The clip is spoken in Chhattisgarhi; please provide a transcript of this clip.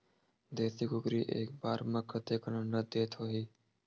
देशी कुकरी एक बार म कतेकन अंडा देत होही?